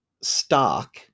stock